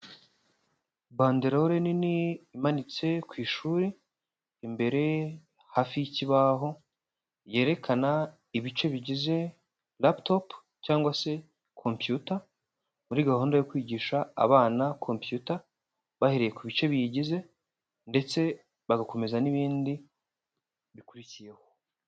Banderore nini imanitse ku ishuri imbere hafi y'ikibaho yerekana ibice bigize laptop cyangwa se computer muri gahunda yo kwigisha abana computer, bahereye ku bice biyigize ndetse bagakomeza n'ibindi bikurikiyeho.